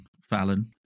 fallon